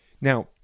Now